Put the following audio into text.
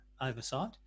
oversight